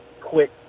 quick